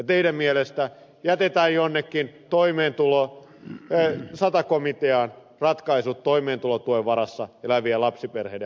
teidän mielestänne jätetään jonnekin sata komitean ratkaistavaksi toimeentulotuen varassa elävien lapsiperheiden asema